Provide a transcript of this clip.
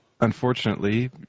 unfortunately